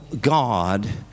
God